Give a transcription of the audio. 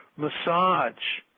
massage,